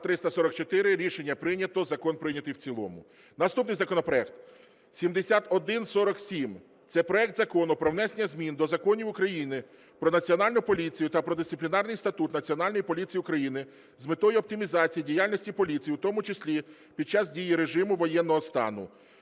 Наступний законопроект 7147. Це проект Закону про внесення змін до законів України "Про Національну поліцію" та "Про Дисциплінарний статут Національної поліції України" з метою оптимізації діяльності поліції, у тому числі під час дії режиму воєнного стану.